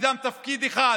תפקידם תפקיד אחד,